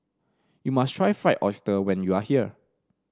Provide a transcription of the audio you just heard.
you must try Fried Oyster when you are here